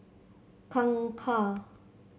Kangkar